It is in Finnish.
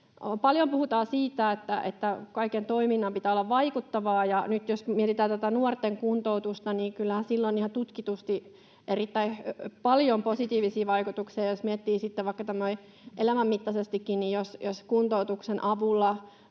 Paljon puhutaan siitä, että kaiken toiminnan pitää olla vaikuttavaa. Nyt jos mietitään tätä nuorten kuntoutusta, niin kyllähän sillä on ihan tutkitusti erittäin paljon positiivisia vaikutuksia. Ja jos miettii vaikka elämänmittaisestikin, niin jos kuntoutuksen avulla